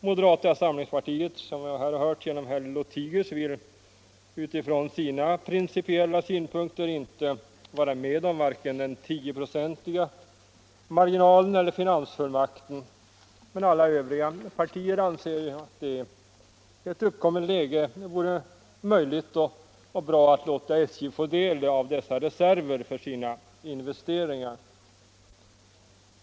Moderata samlingspartiet vill, som vi här hört genom herr Lothigius, utifrån sina principiella synpunkter inte vara med om vare sig den 10 procentiga marginalen eller finansfullmakten, men alla övriga partier anser det i ett uppkommande behovsläge vara bra och möjligt att låta SJ få del av dessa reserver för sina investeringar.